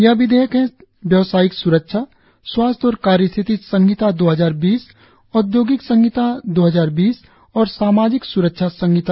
यह विधेयक हैं व्यवसायिक स्रक्षा स्वास्थ्य और कार्य स्थिति संहिता दो हजार बीस औदयोगिक संहिता दो हजार बीस और सामाजिक स्रक्षा संहिता